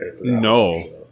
No